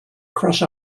crush